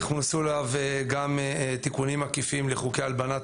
הוכנסו אליו תיקונים עקיפים לחוקי הלבנת